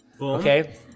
Okay